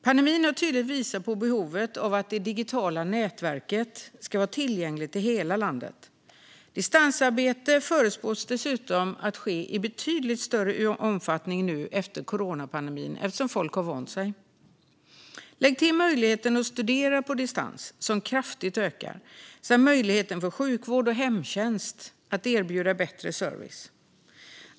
Pandemin har tydligt visat på behovet av att det digitala nätverket ska vara tillgängligt i hela landet. Distansarbete förutspås dessutom ske i betydligt större omfattning efter coronapandemin eftersom folk har vant sig. Lägg därtill möjligheten att studera på distans, som kraftigt ökar, samt möjligheten för sjukvård och hemtjänst att erbjuda bättre service.